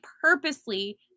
purposely